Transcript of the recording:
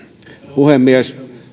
puhemies